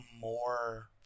more